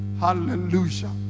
Hallelujah